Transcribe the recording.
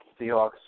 Seahawks